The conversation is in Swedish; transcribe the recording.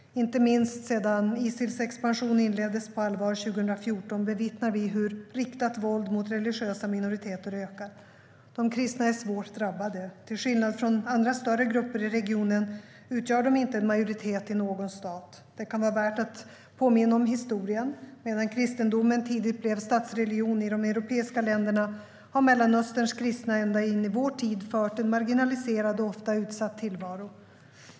Inte minst sedan Isils expansion inleddes på allvar 2014 bevittnar vi hur riktat våld mot religiösa minoriteter ökar. De kristna är svårt drabbade. Till skillnad från andra större grupper i regionen utgör de inte en majoritet i någon stat. Det kan vara värt att påminna om historien. Medan kristendomen tidigt blev statsreligion i de europeiska länderna har Mellanösterns kristna ända in i vår tid fört en marginaliserad och ofta utsatt tillvaro.